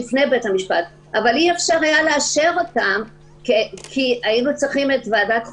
אבל אי-אפשר היה לאשר אותן כי היינו צריכים את ועדת החוקה.